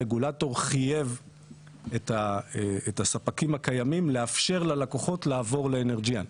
הרגולטור חייב את הספקים הקיימים לאפשר ללקוחות לעבור לאנרג'יאן.